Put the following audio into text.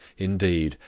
indeed,